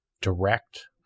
direct